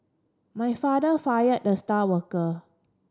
my father fired the star worker